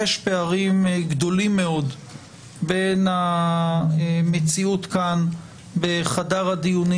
יש פערים גדולים מאוד בין המציאות כאן בחדר הדיונים